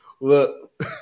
Look